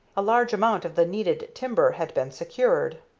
a large amount of the needed timber had been secured.